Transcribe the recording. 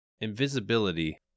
invisibility